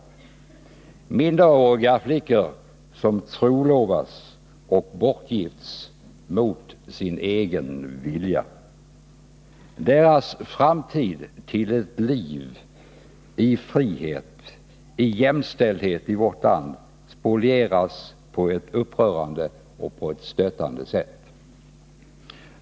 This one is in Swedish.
Det gäller minderåriga flickor som trolovas och bortgifts mot sin egen vilja. Deras möjligheter till ett samtida liv i valfrihet och jämställdhet i vårt land spolieras på ett upprörande och stötande sätt.